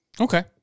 Okay